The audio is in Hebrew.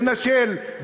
לנשל,